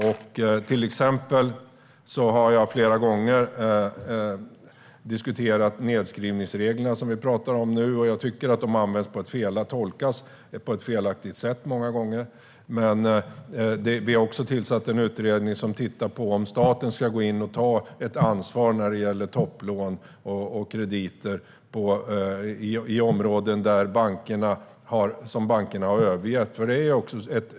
Jag har till exempel flera gånger diskuterat nedskrivningsreglerna, som vi pratar om nu. Jag tycker att de många gånger tolkas på ett felaktigt sätt. Vi har också tillsatt en utredning som tittar på om staten ska gå in och ta ansvar när det gäller topplån och krediter i områden som bankerna har övergett.